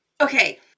Okay